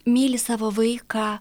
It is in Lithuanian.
myli savo vaiką